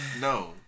No